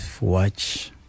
watch